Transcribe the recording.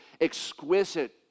exquisite